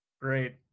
Great